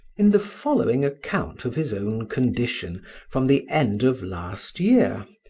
in the following account of his own condition from the end of last year,